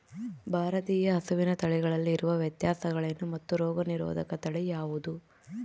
ಭಾರತೇಯ ಹಸುವಿನ ತಳಿಗಳಲ್ಲಿ ಇರುವ ವ್ಯತ್ಯಾಸಗಳೇನು ಮತ್ತು ರೋಗನಿರೋಧಕ ತಳಿ ಯಾವುದು?